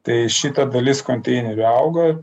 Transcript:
tai šita dalis konteinerių augo